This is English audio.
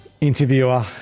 interviewer